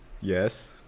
Yes